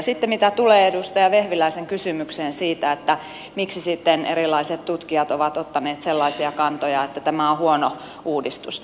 sitten mitä tulee edustaja vehviläisen kysymykseen siitä että miksi sitten erilaiset tutkijat ovat ottaneet sellaisia kantoja että tämä on huono uudistus